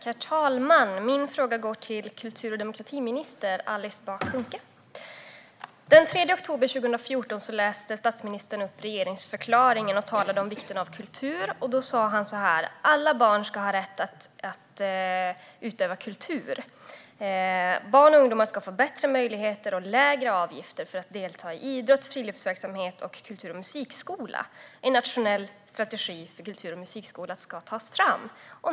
Herr talman! Min fråga går till kultur och demokratiminister Alice Bah Kuhnke. Den 3 oktober 2014 läste statsministern upp regeringsförklaringen och talade om vikten av kultur. Han sa att alla barn ska ha rätt att utöva kultur, och han sa: "Därför ska barn och ungdomar få bättre möjligheter och lägre avgifter för att delta i idrott, friluftsverksamhet och kultur och musikskola. En nationell strategi för kultur och musikskolan tas fram."